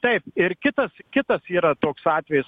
taip ir kitas kitas yra toks atvejis